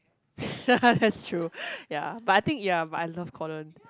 that's true ya but I think ya but I love Conan